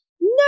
No